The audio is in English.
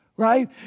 right